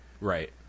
right